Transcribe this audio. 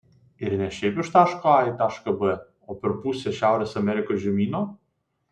ir ne šiaip iš taško a į tašką b o per pusę šiaurės amerikos žemyno